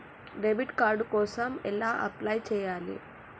Debit card కోసం ఎలా apply చేయాలి?